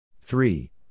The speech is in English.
three